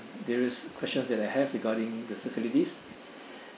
various questions that I have regarding the facilities